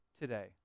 today